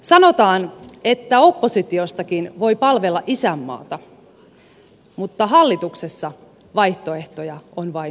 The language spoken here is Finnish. sanotaan että oppositiostakin voi palvella isänmaata mutta hallituksessa vaihtoehtoja on vain yksi